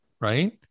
right